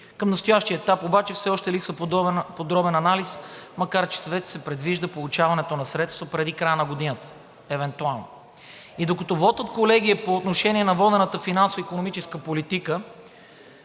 Към настоящия етап обаче все още липсва подробен анализ, макар че вече се предвижда получаването на средства преди края на годината, евентуално. И докато вотът, колеги, е по отношение на водената финансово-икономическа политика,